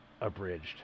abridged